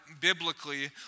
biblically